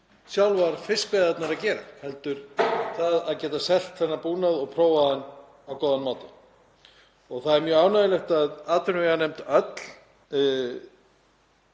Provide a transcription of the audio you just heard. sjálfar fiskveiðarnar að gera heldur það að geta selt þennan búnað og prófað hann á góðan máta. Það er mjög ánægjulegt að atvinnuveganefnd öll